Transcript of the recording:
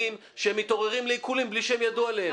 שהם מתעוררים לעיקולים בלי שהם ידעו עליהם.